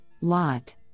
LOT